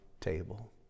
table